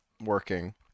working